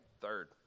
Third